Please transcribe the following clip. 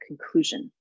conclusion